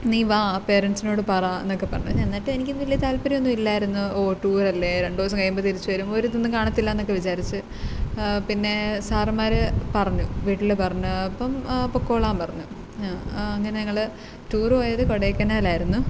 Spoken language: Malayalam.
നീ വരണം പേരൻസിനോട് പറയണം എന്നൊക്കെ പറഞ്ഞു എന്നിട്ട് എനിക്ക് വലിയ താൽപ്പര്യം ഒന്നുമില്ലായിരുന്നു ഓ ടൂർ അല്ലേ രണ്ട് ദിവസം കഴിയുമ്പം തിരിച്ച് വരുമ്പം ഒരു ഇതൊന്നും കാണത്തില്ല എന്നൊക്കെ വിചാരിച്ചു പിന്നെ സാറമ്മാർ പറഞ്ഞു വീട്ടിൽ പറഞ്ഞു അപ്പം പൊക്കോളാൻ പറഞ്ഞു അങ്ങനെ ഞങ്ങൾ ടൂറ് പോയത് കൊടൈക്കനാലിലായിരുന്നു